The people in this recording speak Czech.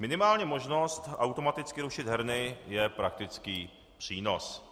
Minimálně možnost automaticky rušit herny je praktický přínos.